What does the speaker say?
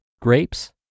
Grapes